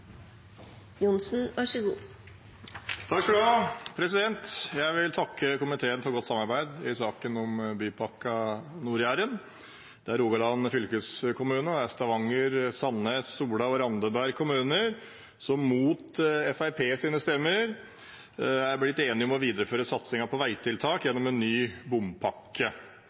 Jeg vil takke komiteen for godt samarbeid i saken om Bypakke Nord-Jæren. Det er Rogaland fylkeskommune og Stavanger, Sandnes, Sola og Randaberg kommuner som mot Fremskrittspartiets stemmer er blitt enige om å videreføre satsingen på veitiltak gjennom en ny